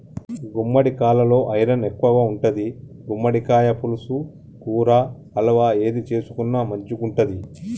గుమ్మడికాలలో ఐరన్ ఎక్కువుంటది, గుమ్మడికాయ పులుసు, కూర, హల్వా ఏది చేసుకున్న మంచిగుంటది